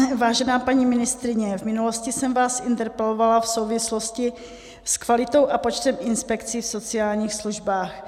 Vážená paní ministryně, v minulosti jsem vás interpelovala v souvislosti s kvalitou a počtem inspekcí v sociálních službách.